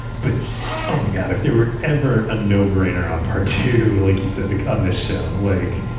but oh my god, if they were ever a no-brainer on part two like you said on this show, like